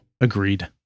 Agreed